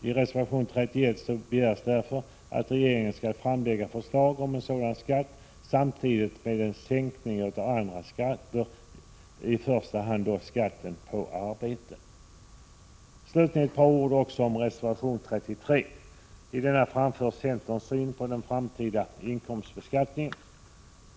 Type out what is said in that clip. I reservation 31 begärs därför att regeringen skall lägga fram ett förslag om en sådan skatt samtidigt som andra skatter sänks, i första hand skatten på arbete. Slutligen ett par ord om reservation 33. I denna reservation framförs centerns syn på den framtida inkomstbeskattningen.